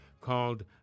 called